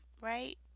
right